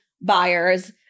buyers